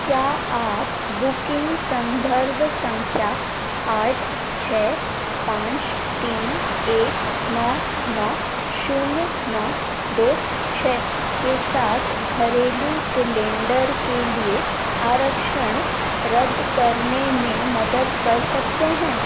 क्या आप बुकिन्ग सन्दर्भ सँख्या आठ छह पाँच तीन एक नौ नौ शून्य नौ दो छह के साथ घरेलू सिलेण्डर के लिए आरक्षण रद्द करने में मदद कर सकते हैं